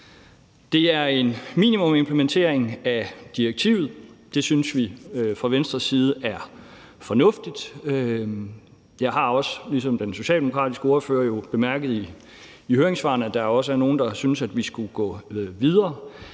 Det er en minimumsimplementering af direktivet. Det synes vi fra Venstres side er fornuftigt. Jeg har også ligesom den socialdemokratiske ordfører jo bemærket, at der også i høringssvarene er nogle, der synes, at vi skulle gå videre.